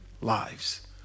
lives